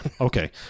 okay